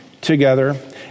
together